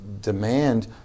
demand